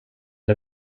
det